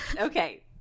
Okay